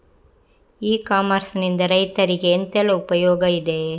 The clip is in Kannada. ಇ ಕಾಮರ್ಸ್ ನಿಂದ ರೈತರಿಗೆ ಎಂತೆಲ್ಲ ಉಪಯೋಗ ಇದೆ?